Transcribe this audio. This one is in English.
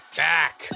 back